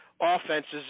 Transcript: offenses